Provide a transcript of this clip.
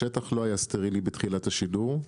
השטח לא היה סטרילי בתחילת השידור,